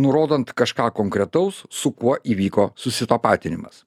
nurodant kažką konkretaus su kuo įvyko susitapatinimas